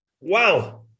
Wow